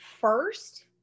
first